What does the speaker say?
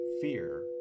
fear